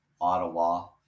Ottawa